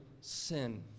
sin